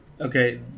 Okay